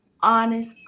honest